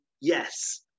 Yes